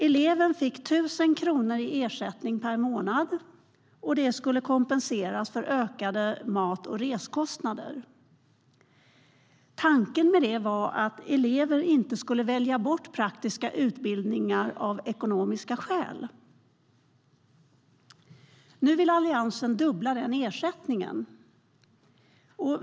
Eleven fick 1 000 kronor i ersättning per månad som skulle kompensera för ökade mat och reskostnader. Tanken med det var att elever inte skulle välja bort praktiska utbildningar av ekonomiska skäl. Nu vill Alliansen dubbla den ersättningen.